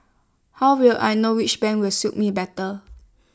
how will I know which bank will suits me better